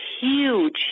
huge